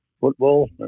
football